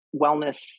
wellness